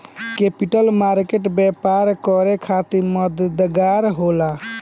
capital market व्यापार करे खातिर मददगार होला